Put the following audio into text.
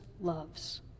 loves